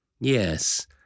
Yes